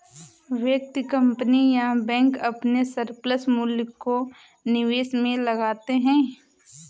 व्यक्ति, कंपनी या बैंक अपने सरप्लस मूल्य को निवेश में लगाते हैं